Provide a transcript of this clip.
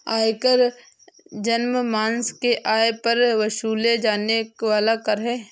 आयकर जनमानस के आय पर वसूले जाने वाला कर है